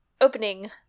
opening